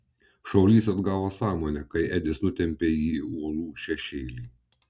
šaulys atgavo sąmonę kai edis nutempė jį į uolų šešėlį